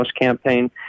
campaign